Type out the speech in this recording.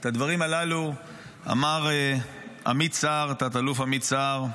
את הדברים הללו אמר תא"ל עמית סער,